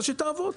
אז שתעבוד.